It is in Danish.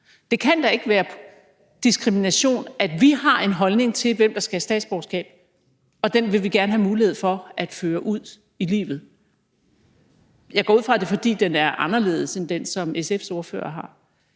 Det kan da ikke være diskrimination, at vi har en holdning til, hvem der skal have statsborgerskab, og at vi gerne vil have mulighed for at føre den ud i livet. Jeg går ud fra, at det er, fordi den er anderledes end den, som SF's ordfører har.